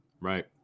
Right